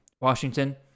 Washington